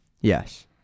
yes